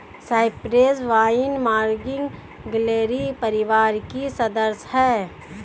Cyprus vine morning glory परिवार की सदस्य हैं